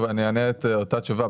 שוב, אני אענה את אותה תשובה.